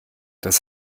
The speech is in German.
das